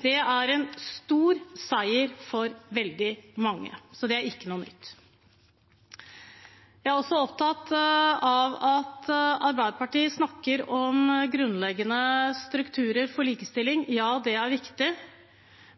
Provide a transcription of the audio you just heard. Det er en stor seier for veldig mange. Så det er ikke noe nytt. Jeg er også opptatt av at Arbeiderpartiet snakker om grunnleggende strukturer for likestilling. Ja, det er viktig,